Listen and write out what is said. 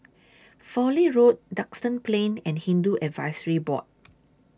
Fowlie Road Duxton Plain and Hindu Advisory Board